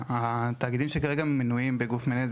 התאגידים שכרגע מנויים בגוף מנהל הם